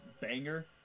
banger